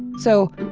so,